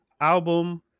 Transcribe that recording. album